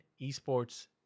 esports